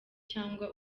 cyangwa